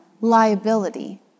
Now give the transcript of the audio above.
liability